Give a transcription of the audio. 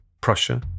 Prussia